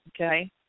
okay